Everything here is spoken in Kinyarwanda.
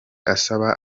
asaba